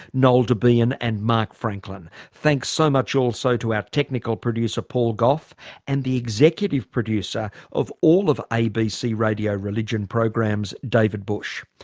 noel debien and mark franklin. thanks so much also to our technical producer paul gough and the executive producer of all of abc radio religion programs, david bush.